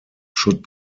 should